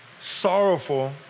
sorrowful